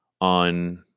on